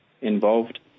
involved